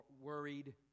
worried